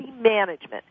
management